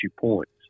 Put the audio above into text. points